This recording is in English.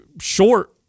short